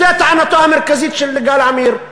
זו טענתו המרכזית של יגאל עמיר,